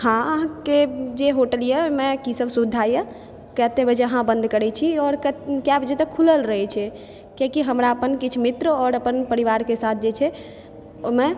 हॅं अहाँकेँ जे होटल यऽ होटल मे की सबके सुविधा यऽ कते बजे अहाँ बन्द करै छी और कते बजे तक अहाँ खुलल रहै छै कियाकि हमरा अपन किछु मित्र और अपन परिवारके साथ जे छै ओहिमे